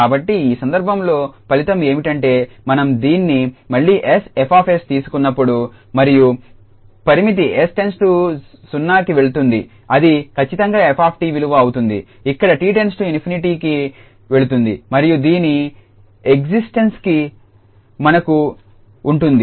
కాబట్టి ఆ సందర్భంలో ఫలితం ఏమిటంటే మనం దీన్ని మళ్లీ 𝑠𝐹𝑠 తీసుకున్నప్పుడు మరియు పరిమితి 𝑠→ 0కి వెళుతుంది అది ఖచ్చితంగా 𝑓𝑡 విలువ అవుతుంది ఇక్కడ 𝑡 ∞కి వెళుతుంది మరియు దీని ఎక్సిటన్స్ కి మనకు ఉంటుంది